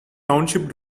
township